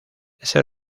ese